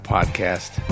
Podcast